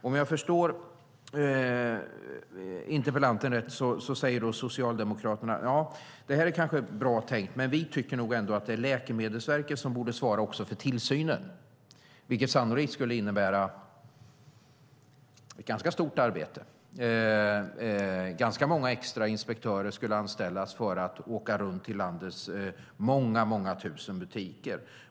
Om jag förstår interpellanten rätt säger Socialdemokraterna: Detta kanske är ett bra tänk, men vi tycker nog ändå att det är Läkemedelsverket som borde svara också för tillsynen. Det skulle sannolikt innebära ett ganska stort arbete. Ganska många extra inspektörer skulle anställas för att åka runt till landets många, många tusen butiker.